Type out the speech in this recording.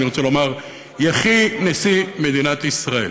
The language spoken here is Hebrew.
אני רוצה לומר: יחי נשיא מדינת ישראל.